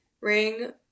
ring